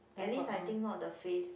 at least I think not the face